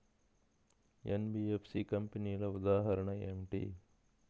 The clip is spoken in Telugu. ఎన్.బీ.ఎఫ్.సి కంపెనీల ఉదాహరణ ఏమిటి?